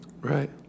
Right